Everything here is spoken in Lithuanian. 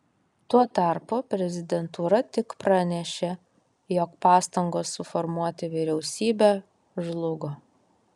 tuo tarpu prezidentūra tik pranešė jog pastangos suformuoti vyriausybę žlugo